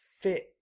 fit